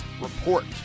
report